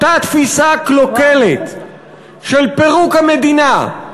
אותה תפיסה קלוקלת של פירוק המדינה,